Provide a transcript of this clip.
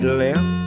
left